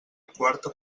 quarta